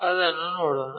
ಅದನ್ನು ನೋಡೋಣ